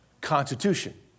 constitution